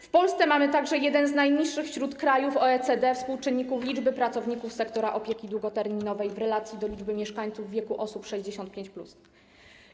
W Polsce mamy także jeden z najniższych wśród krajów OECD współczynników, jeśli chodzi o liczbę pracowników sektora opieki długoterminowej w relacji do liczby mieszkańców wieku osób 65+.